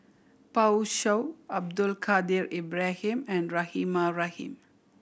Pan Shou Abdul Kadir Ibrahim and Rahimah Rahim